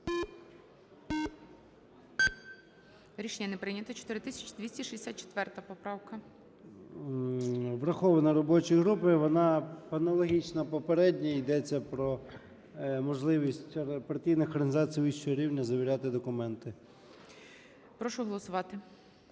Рішення не прийнято. 4264 поправка. 11:40:37 ЧЕРНЕНКО О.М. Врахована робочою групою. Вона аналогічна попередній. Йдеться про можливість партійних організацій вищого рівня завіряти документи. ГОЛОВУЮЧИЙ. Прошу голосувати.